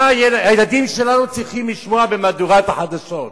מה הילדים שלנו צריכים לשמוע במהדורת החדשות?